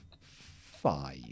five